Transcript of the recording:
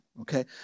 okay